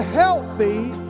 healthy